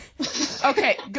okay